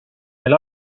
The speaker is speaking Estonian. meil